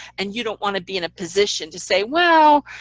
and you don't want to be in a position to say, well,